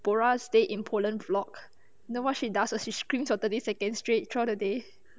bora stay in poland flock you know what she does she screen for thirty second straight throughout the day